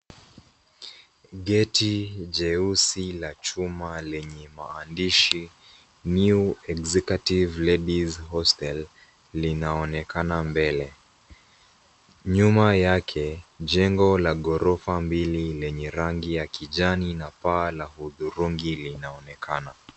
Geti jeusi la chuma lenye maandishi New executive ladies hostel (cs) linaonekana mbele. Nyuma yake jengo la ghorofa mbili lenye rangi ya kijani na paa la hudhurungi linaonekana.